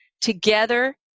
Together